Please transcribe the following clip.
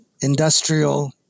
industrial